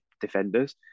defenders